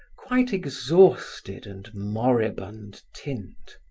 quite exhausted and moribund tint.